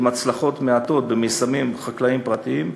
עם הצלחות מעטות במיזמים חקלאיים פרטיים.